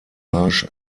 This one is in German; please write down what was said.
marsch